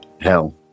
Hell